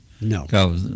No